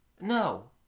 No